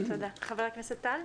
ח"כ טל.